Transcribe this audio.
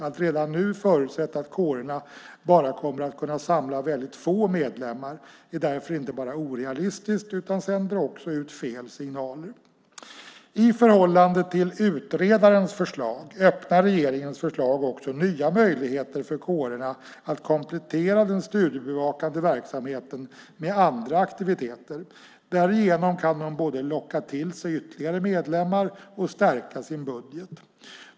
Att redan nu förutsätta att kårerna bara kommer att kunna samla väldigt få medlemmar är därför inte bara orealistiskt utan sänder också ut fel signaler. I förhållande till utredarens förslag öppnar regeringens förslag också nya möjligheter för kårerna att komplettera den studiebevakande verksamheten med andra aktiviteter. Därigenom kan de både locka till sig ytterligare medlemmar och stärka sin budget.